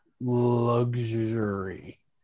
luxury